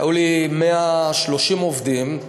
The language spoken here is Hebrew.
היו לי 130 עובדים.